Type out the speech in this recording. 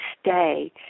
stay